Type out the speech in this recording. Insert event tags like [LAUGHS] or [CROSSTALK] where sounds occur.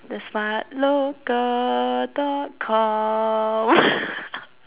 the smart local dot com [LAUGHS]